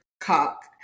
cock